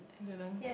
I didn't